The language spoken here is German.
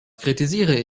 kritisiere